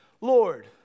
Lord